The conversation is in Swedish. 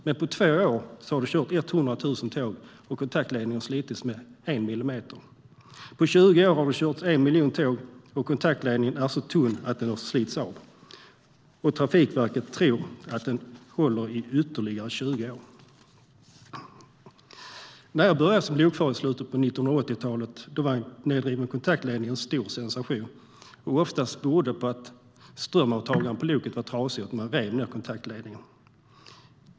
Men på 2 år har det kört 100 000 tåg, och kontaktledningen har slitits med en millimeter. På 20 år har det kört 1 miljon tåg, och kontaktledningen är så tunn att den slits av, men Trafikverket tror att den håller i ytterligare 20 år. När jag började som lokförare i slutet av 1980-talet var en nedriven kontaktledning en stor sensation. Oftast berodde det på att strömavtagaren på loket var trasig och man rev ned kontaktledningen.